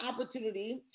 opportunity